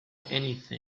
anything